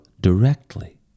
directly